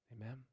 Amen